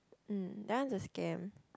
mm that one is a scam